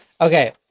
Okay